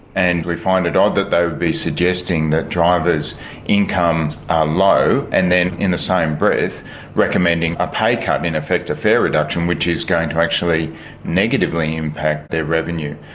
and we find it odd that they would be suggesting that drivers' incomes are low and then in the same breath recommending a pay cut, in effect a fare reduction, which is going to actually negatively impact their revenue.